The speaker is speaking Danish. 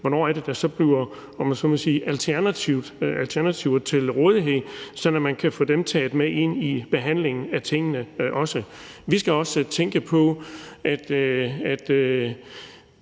at der bliver stillet alternativer til rådighed, som man så kan få med ind i behandlingen af tingene. Vi skal også tænke på,